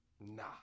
nah